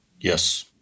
Yes